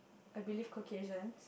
I believe Caucasians